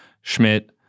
Schmidt